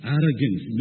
Arrogance